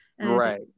right